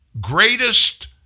greatest